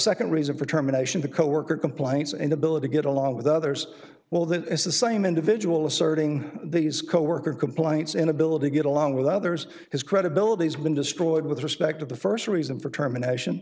for terminations a coworker compliance and ability to get along with others well that is the same individual asserting these co worker complaints inability to get along with others his credibility has been destroyed with respect to the st reason for termination